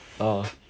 orh